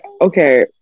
okay